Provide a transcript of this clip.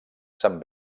se’n